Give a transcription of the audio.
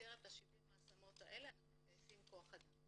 במסגרת 70 ההשמות האלה אנחנו מגייסים כוח אדם.